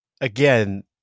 again